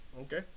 Okay